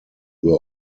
were